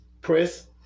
press